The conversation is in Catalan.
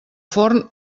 forn